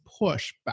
pushback